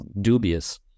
dubious